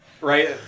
right